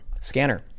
Scanner